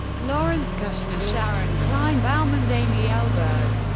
lawrence kushner, sharon kleinbaum, and amy eilberg.